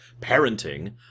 parenting